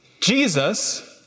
Jesus